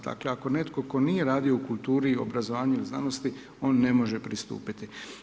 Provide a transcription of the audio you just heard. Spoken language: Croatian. Dakle ako netko tko nije radio u kulturi, obrazovanju ili znanosti on ne može pristupiti.